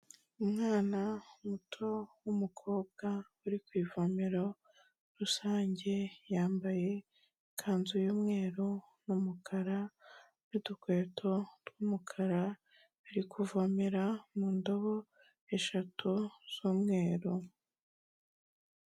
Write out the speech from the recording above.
Umwana muto w'umukobwa uri ku ivomero rusange, yambaye ikanzu y'umweru n'umukara n'udukweto tw'umukara, ari ku vomera mu ndobo eshatu z'umweru.